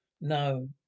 no